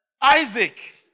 Isaac